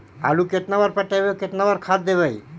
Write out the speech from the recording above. आलू केतना बार पटइबै और केतना बार खाद देबै?